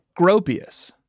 Gropius